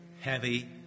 heavy